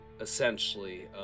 essentially